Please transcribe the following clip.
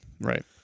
Right